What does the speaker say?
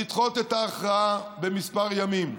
לדחות את ההכרעה בכמה ימים.